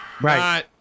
right